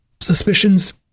Suspicions